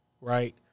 right